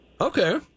Okay